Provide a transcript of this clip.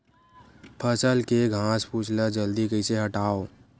फसल के घासफुस ल जल्दी कइसे हटाव?